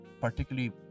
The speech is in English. particularly